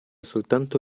soltanto